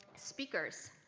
speakers.